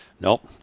Nope